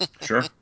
Sure